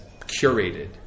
curated